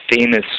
famous